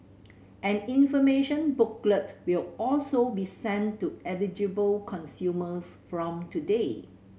an information booklet will also be sent to eligible consumers from today